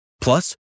Plus